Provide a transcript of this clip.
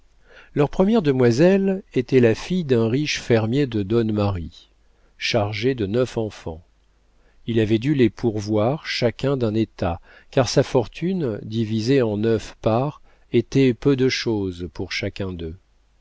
leur première demoiselle était la fille d'un riche fermier de donnemarie chargé de neuf enfants il avait dû les pourvoir chacun d'un état car sa fortune divisée en neuf parts était peu de chose pour chacun d'eux